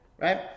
right